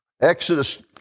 Exodus